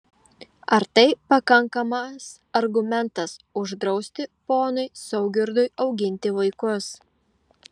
ar tai pakankamas argumentas uždrausti ponui saugirdui auginti vaikus